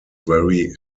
very